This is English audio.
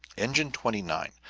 engine twenty nine,